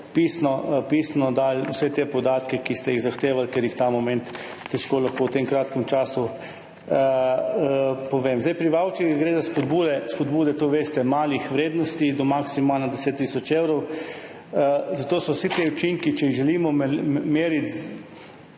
pisno dali vse te podatke, ki ste jih zahtevali, ker jih ta moment težko v tem kratkem času povem. Pri vavčerjih gre za spodbude, to veste, malih vrednosti, do maksimalno 10 tisoč evrov. Zato so vsi ti učinki, če jih želimo meriti,